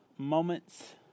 Moments